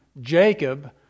Jacob